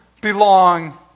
belong